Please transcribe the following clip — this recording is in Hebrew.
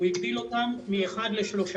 הוא הגדיל אותם מאחד לשלושה.